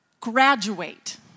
graduate